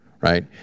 right